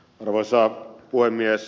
arvoisa puhemies